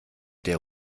der